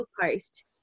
post